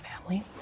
family